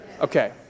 Okay